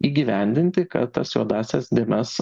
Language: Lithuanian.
įgyvendinti kad tas juodąsias dėmes